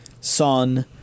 son